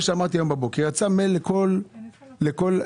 הבוקר יצא מייל לכל המפעילים.